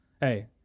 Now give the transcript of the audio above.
hey